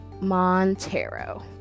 Montero